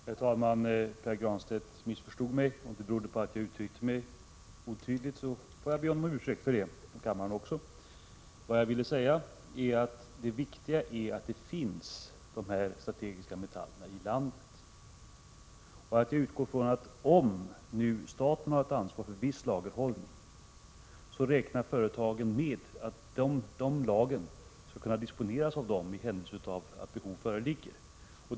Herr talman! Pär Granstedt missförstod mig. Om det berodde på att jag uttryckte mig otydligt, får jag be honom och kammaren om ursäkt. Det jag ville säga var att det viktiga är att dessa strategiska metaller finns i landet. Om staten har ett ansvar för viss lagerhållning, utgår jag från att företagen räknar med att de lagren skall kunna disponeras av dem i händelse av att behov uppkommer.